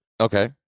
Okay